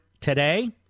today